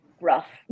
rough